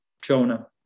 jonah